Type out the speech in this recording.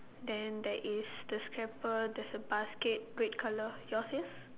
then there is the scraper there's a basket red colour yours is